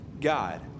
God